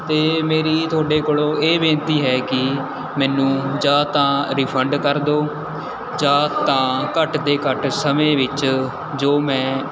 ਅਤੇ ਮੇਰੀ ਤੁਹਾਡੇ ਕੋਲੋਂ ਇਹ ਬੇਨਤੀ ਹੈ ਕਿ ਮੈਨੂੰ ਜਾਂ ਤਾਂ ਰਿਫੰਡ ਕਰ ਦਿਉ ਜਾਂ ਤਾਂ ਘੱਟ ਦੇ ਘੱਟ ਸਮੇਂ ਵਿੱਚ ਜੋ ਮੈਂ